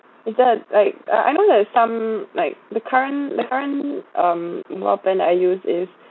is there like uh I know there is some like the current the current um mobile plan that I use is